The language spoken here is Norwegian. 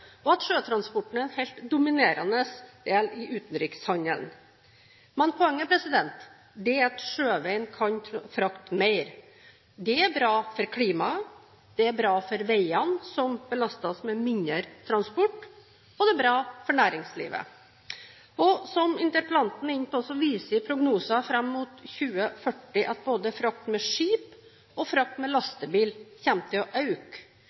og at sjøtransporten er helt dominerende i utenrikshandelen. Poenget er at sjøveien kan frakte mer. Det er bra for klimaet, det er bra for veiene, som belastes med mindre transport, og det er bra for næringslivet. Som interpellanten er inne på, viser prognoser fram mot 2040 at både frakt med skip og frakt med lastebil kommer til å